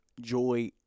joy